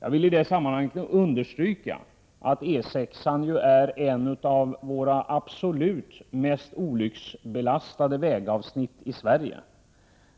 Jag vill i detta sammanhang understryka att E 6-an är ett av våra absolut mest olycksbelastade vägavsnitt. E 6-an